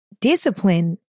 discipline